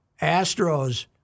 Astros